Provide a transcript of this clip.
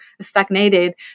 stagnated